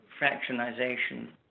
fractionization